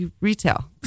Retail